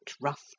rough